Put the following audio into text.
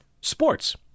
sports